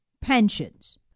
pensions